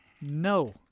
No